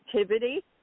activity